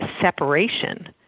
separation